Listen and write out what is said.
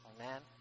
Amen